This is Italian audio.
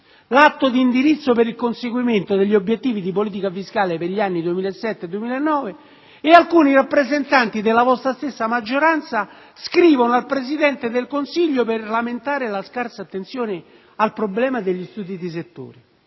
l'atto di indirizzo per il conseguimento degli obiettivi di politica fiscale per il triennio 2007-2009 e alcuni rappresentanti della stessa maggioranza scrivono al Presidente del Consiglio per lamentare la scarsa attenzione al problema degli studi di settore.